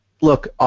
look